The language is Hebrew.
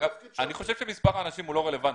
אני חושב שמספר האנשים הוא לא רלוונטי.